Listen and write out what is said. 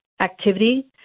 activity